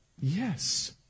Yes